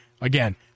again –